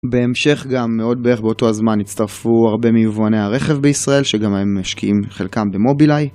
בהמשך גם מאוד בערך באותו הזמן הצטרפו הרבה מיבואני הרכב בישראל שגם הם משקיעים חלקם במובילאיי.